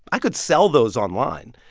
i could sell those online.